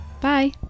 bye